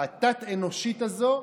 התת-אנושית הזאת,